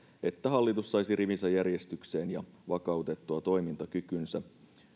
että hallitus saisi rivinsä järjestykseen ja vakautettua toimintakykynsä